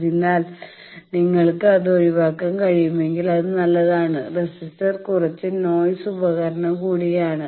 അതിനാൽ നിങ്ങൾക്ക് അത് ഒഴിവാക്കാൻ കഴിയുമെങ്കിൽ അത് നല്ലതാണ് റെസിസ്റ്റർ കുറച്ച് നോയ്സി ഉപകരണം കൂടിയാണ്